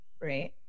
right